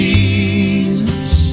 Jesus